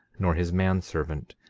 nor his man-servant,